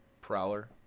Prowler